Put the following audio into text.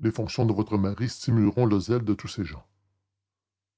les fonctions de votre mari stimuleront le zèle de tous ces gens